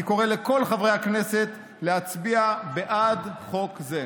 אני קורא לכל חברי הכנסת להצביע בעד חוק זה.